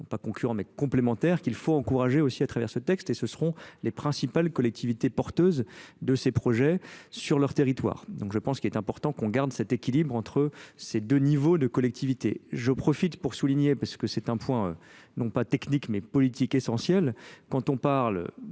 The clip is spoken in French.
pas concurrents mais complémentaires, qu'il faut encourager aussi à travers ce texte et ce seront les principales collectivités porteuses de ces projets sur leur territoire. Donc, je pense qu'il est important qu'on garde cet équilibre entre ces deux niveaux de collectivité j'en profite pour souligner parce que c'est un point euh non pas technique mais politique essentiel quand on parle